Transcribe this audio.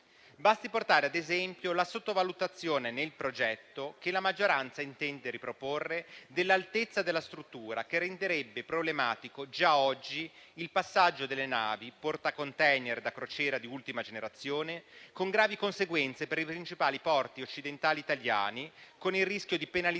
Basti portare ad esempio la sottovalutazione nel progetto che la maggioranza intende riproporre dell'altezza della struttura che renderebbe problematico, già oggi, il passaggio delle navi *portacontainer* da crociera di ultima generazione, con gravi conseguenze per i principali porti occidentali italiani, con il rischio di penalizzazioni